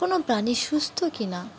কোনো প্রাণী সুস্থ কিনা